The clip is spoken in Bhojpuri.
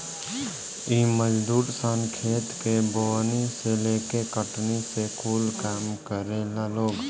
इ मजदूर सन खेत के बोअनी से लेके कटनी ले कूल काम करेला लोग